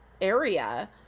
area